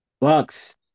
Bucks